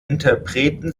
interpreten